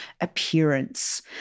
appearance